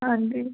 ਹਾਂਜੀ